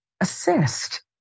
assist